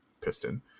piston